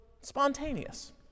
spontaneous